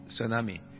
tsunami